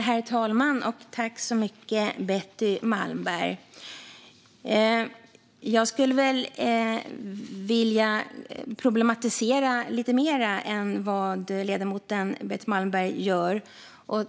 Herr talman! Tack, Betty Malmberg! Jag skulle vilja problematisera lite mer än vad ledamoten Betty Malmberg gör.